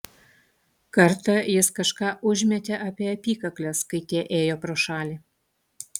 kartą jis kažką užmetė apie apykakles kai tie ėjo pro šalį